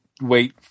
wait